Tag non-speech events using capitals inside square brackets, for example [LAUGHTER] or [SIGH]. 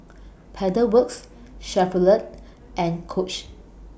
[NOISE] Pedal Works Chevrolet and Coach